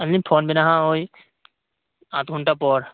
ᱟᱞᱤᱧ ᱯᱷᱳᱱᱟᱵᱮᱱᱟ ᱦᱟᱸᱜ ᱳᱭ ᱛᱟᱞᱟ ᱴᱟᱲᱟᱝ ᱛᱟᱭᱚᱢ